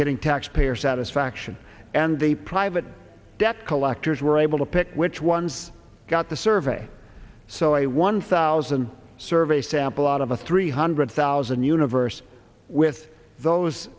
getting taxpayer satisfaction and the private debt collectors were able to pick which ones got the survey so i one thousand survey sample out of the three hundred thousand universe with those